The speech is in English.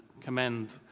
commend